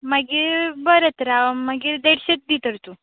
मागीर बरें तर हांव मागीर देडशेच दी तर तूं